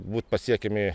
būt pasiekiami